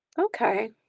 Okay